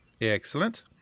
Excellent